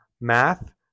math